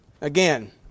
Again